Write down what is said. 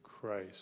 Christ